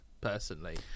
personally